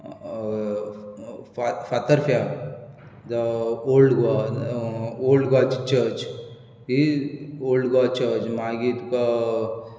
फातर्प्यां जावं old Goa old गोवाची church ही ओल्ड गोवा चर्च मागीर तुका